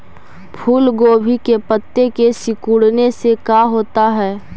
फूल गोभी के पत्ते के सिकुड़ने से का होता है?